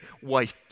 white